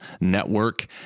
network